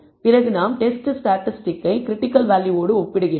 பிறகு நாம் டெஸ்ட் ஸ்டாட்டிஸ்டிக்கை கிரிட்டிக்கல் வேல்யூவோடு ஒப்பிடுகிறோம்